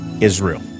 Israel